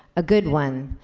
a good one,